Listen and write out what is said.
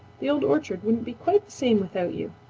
the old orchard wouldn't be quite the same without you.